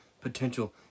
potential